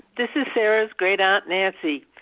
this is sarah's great-aunt nancy.